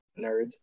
nerds